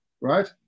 right